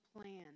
plan